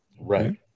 Right